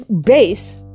base